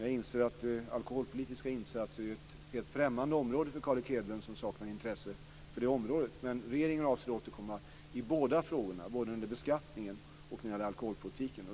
Jag inser att alkoholpolitiska insatser är ett främmande område för Carl Erik Hedlund som saknar intresse för det området. Regeringen avser att återkomma i båda frågorna, både angående beskattningen och alkoholpolitiken.